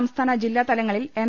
സംസ്ഥാന ജില്ലാ തല ങ്ങളിൽ എം